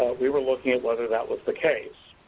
ah we were looking at whether that was the case.